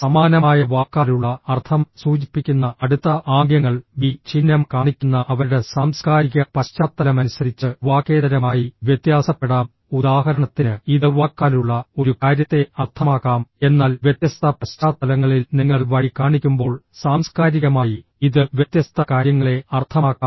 സമാനമായ വാക്കാലുള്ള അർത്ഥം സൂചിപ്പിക്കുന്ന അടുത്ത ആംഗ്യങ്ങൾ വി ചിഹ്നം കാണിക്കുന്ന അവരുടെ സാംസ്കാരിക പശ്ചാത്തലമനുസരിച്ച് വാക്കേതരമായി വ്യത്യാസപ്പെടാം ഉദാഹരണത്തിന് ഇത് വാക്കാലുള്ള ഒരു കാര്യത്തെ അർത്ഥമാക്കാം എന്നാൽ വ്യത്യസ്ത പശ്ചാത്തലങ്ങളിൽ നിങ്ങൾ വഴി കാണിക്കുമ്പോൾ സാംസ്കാരികമായി ഇത് വ്യത്യസ്ത കാര്യങ്ങളെ അർത്ഥമാക്കാം